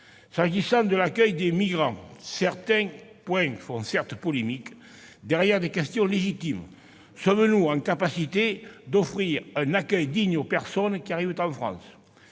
S'agissant de l'accueil des migrants, certains points font certes polémique, mais, derrière, se trouvent des questions légitimes. Sommes-nous capables d'offrir un accueil digne aux personnes arrivant en France ?